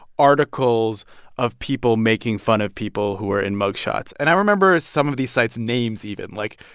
articles of people making fun of people who were in mug shots. and i remember some of these sites' names even, like,